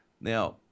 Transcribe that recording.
Now